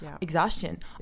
Exhaustion